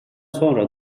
sonra